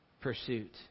Pursuit